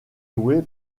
loué